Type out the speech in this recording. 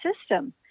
system